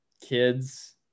kids